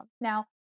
Now